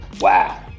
Wow